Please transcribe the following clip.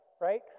right